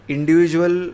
Individual